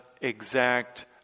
exact